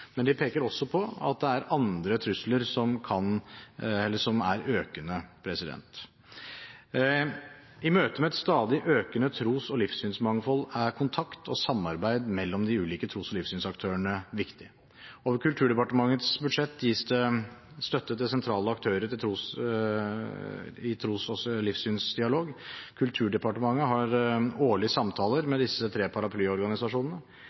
men de peker også på at det er andre trusler som er økende. I møtet med et stadig økende tros- og livssynsmangfold er kontakt og samarbeid mellom de ulike tros- og livssynsaktørene viktig. Over Kulturdepartementets budsjett gis det støtte til sentrale aktører til tros- og livssynsdialog. Kulturdepartementet har årlig samtaler med disse tre paraplyorganisasjonene.